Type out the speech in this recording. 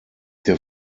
der